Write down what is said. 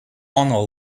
honor